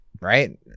right